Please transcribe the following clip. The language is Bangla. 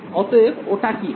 অতএব ওটা কি হবে